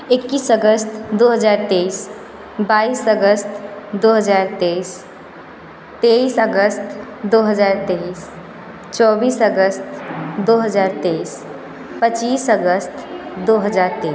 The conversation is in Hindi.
इक्कीस अगस्त दो हज़ार तेईस बाइस अगस्त दो हज़ार तेईस तेईस अगस्त दो हज़ार तेईस चौबीस अगस्त दो हज़ार तेईस पच्चीस अगस्त दो हज़ार तेईस